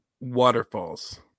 Waterfalls